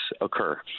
occur